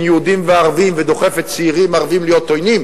יהודים וערבים ודוחפת צעירים ערבים להיות עוינים,